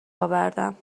اوردم